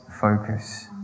focus